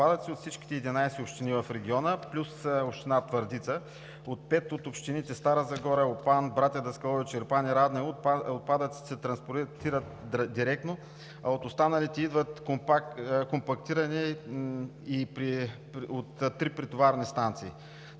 отпадъци от всичките 11 общини в региона, плюс община Твърдица. От пет от общините – Стара Загора, Опан, Братя Даскалови, Чирпан и Раднево, отпадъците се транспортират директно, а от останалите идват компактирани от три претоварни станции.